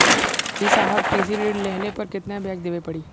ए साहब कृषि ऋण लेहले पर कितना ब्याज देवे पणी?